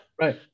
Right